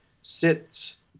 sits